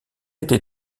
été